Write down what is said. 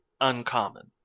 uncommon